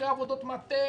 אחרי עבודות מטה